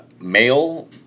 male